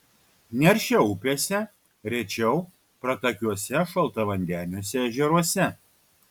neršia upėse rečiau pratakiuose šaltavandeniuose ežeruose